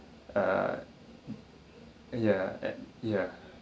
err ya at ya